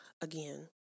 again